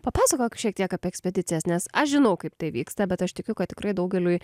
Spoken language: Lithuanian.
papasakok šiek tiek apie ekspedicijas nes aš žinau kaip tai vyksta bet aš tikiu kad tikrai daugeliui